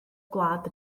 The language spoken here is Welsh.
gwlad